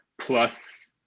plus